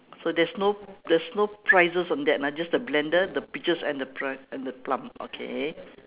so there is no there is no prices on that ah just the blender the peaches and the pr~ and the plum okay